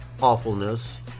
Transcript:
awfulness